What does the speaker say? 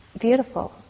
beautiful